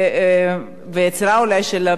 של אלכוהול מזויף,